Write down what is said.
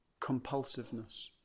compulsiveness